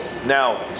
Now